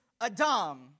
Adam